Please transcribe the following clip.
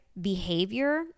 behavior